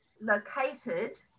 located